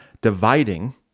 dividing